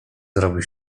zrobił